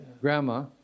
grandma